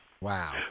Wow